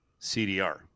CDR